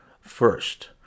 first